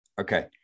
okay